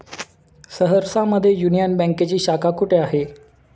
सहरसा मध्ये युनियन बँकेची शाखा कुठे आहे?